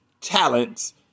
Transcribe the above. talents